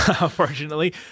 unfortunately